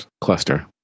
cluster